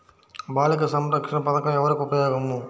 బాలిక సంరక్షణ పథకం ఎవరికి ఉపయోగము?